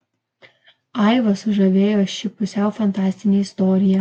aivą sužavėjo ši pusiau fantastinė istorija